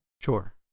sure